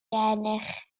gennych